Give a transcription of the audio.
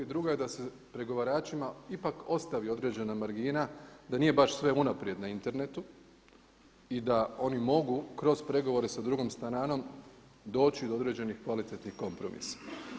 Drugo, je da se pregovaračima ipak ostavi određena margina da nije baš sve unaprijed na internetu i da oni mogu kroz pregovore sa drugom stranom doći do određenih kvalitetnih kompromisa.